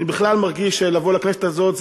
אני בכלל מרגיש שלבוא לכנסת הזאת,